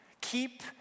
Keep